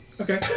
Okay